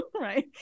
right